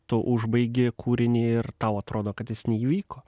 tu užbaigi kūrinį ir tau atrodo kad jis neįvyko